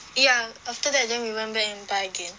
ya after that then we went back and buy again